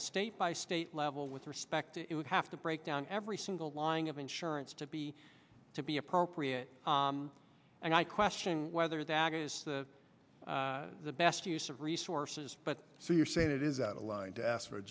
a state by state level with respect it would have to break down every single line of insurance to be to be appropriate and i question whether that august the best use of resources but so you're saying it is out of line to ask for a